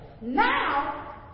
Now